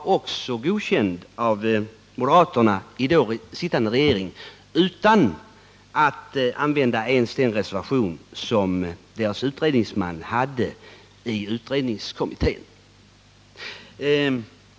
Skrivningen godkändes också av moderaterna i trepartiregeringen utan anförande av ens den reservation som deras utredningsman hade avgivit.